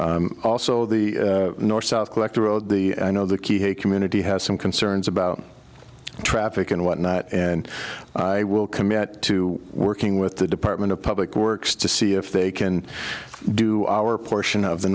open also the north south collector road the i know the key he community has some concerns about traffic and whatnot and i will commit to working with the department of public works to see if they can do our portion of the